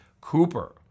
Cooper